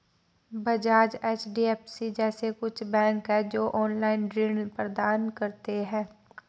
Bajaj, HDFC जैसे कुछ bank है, जो ऑनलाईन ऋण प्रदान करते हैं